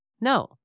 No